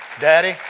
Daddy